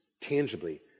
tangibly